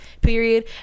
period